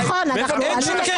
זה פשוט לא ייאמן,